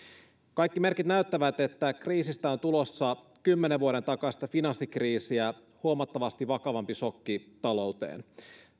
kaikki merkit näyttävät että kriisistä on tulossa kymmenen vuoden takaista finanssikriisiä huomattavasti vakavampi sokki talouteen